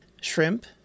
shrimp